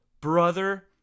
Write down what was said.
brother